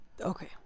Okay